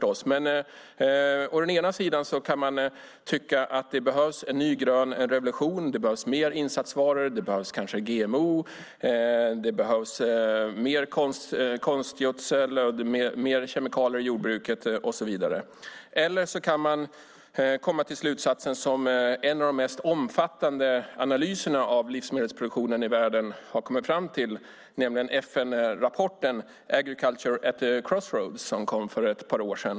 Å ena sidan kan man tycka att det behövs en ny grön revolution, mer insatsvaror, kanske GMO, mer konstgödsel, mer kemikalier i jordbruket och så vidare. Å andra sidan kan man dra den slutsats som man har gjort i en av de mest omfattande analyser av livsmedelsproduktionen i världen. Jag talar då om FN-rapporten Agriculture at a Crossroads , som kom för ett par år sedan.